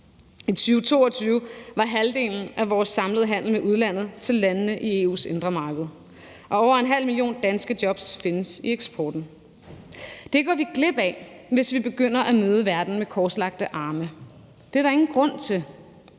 I 2022 var halvdelen af vores samlede handel med udlandet til landene i EU's indre marked, og over en halv million danske jobs findes i eksporten. Det går vi glip af, hvis vi begynder at møde verden med korslagte arme. Det er der ingen grund til.